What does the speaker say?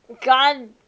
God